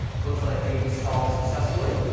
looks like we installed successfully.